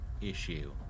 issue